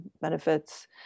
benefits